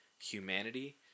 humanity